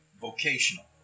vocational